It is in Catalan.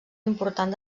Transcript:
important